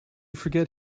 forget